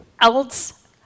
else